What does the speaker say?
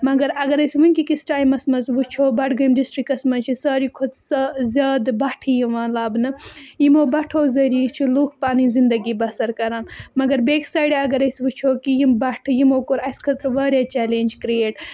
مگر اگر أسۍ وٕنۍ کہِ کِس ٹایمَس منٛز وٕچھو بَڈگٲمۍ ڈِسٹِرٛکَس منٛز چھِ ساروٕے کھۄتہٕ سا زیادٕ بَٹھٕے یِوان لَبنہٕ یِمو بَٹھو ذٔریعہِ چھِ لُکھ پَنٕنۍ زندگی بَسَر کَران مگر بیٚکہِ سایڈٕ اگر أسۍ وٕچھو کہِ یِم بٹھٕ یِمو کوٚر اَسہِ خٲطرٕ واریاہ چَلینٛج کِرٛییٹ